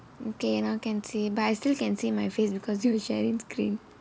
okay now I can see but I still can see my face because you sharing screen